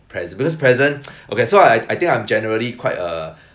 pres~ because present okay so I I think I'm generally quite a